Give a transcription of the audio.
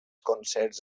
concerts